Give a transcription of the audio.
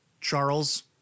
Charles